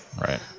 Right